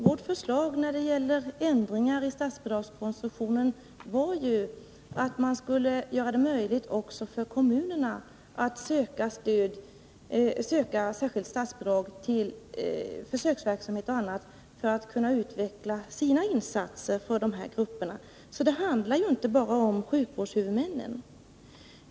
Vårt förslag när det gäller ändringar i statsbidragskonstruktionen innebar att man skulle göra det möjligt även för kommunerna att söka särskilt statsbidrag till försöksverksamhet och annat för att kommunerna skulle kunna utveckla sina insatser för dessa grupper. Det handlar inte bara om sjukvårdshuvudmännen.